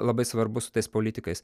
labai svarbu su tais politikais